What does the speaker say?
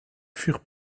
furent